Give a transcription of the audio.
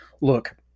Look